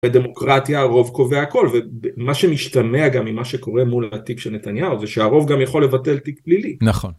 בדמוקרטיה הרוב קובע הכל ומה שמשתמע גם ממה שקורה מול התיק של נתניהו זה שהרוב גם יכול לבטל תיק פלילי.